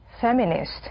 feminist